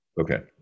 Okay